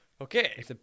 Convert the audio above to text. Okay